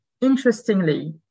Interestingly